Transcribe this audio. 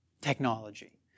technology